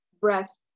breath